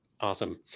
Awesome